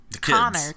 Connor